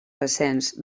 recents